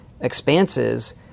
expanses